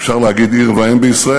אפשר להגיד "עיר ואם בישראל",